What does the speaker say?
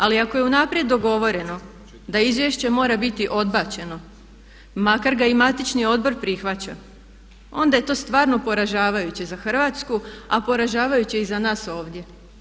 Ali ako je unaprijed dogovoreno da izvješće mora biti odbačeno makar ga i matični odbor prihvaća onda je to stvarno poražavajuće za Hrvatsku, a poražavajuće i za nas ovdje.